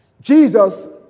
Jesus